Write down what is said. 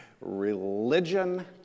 religion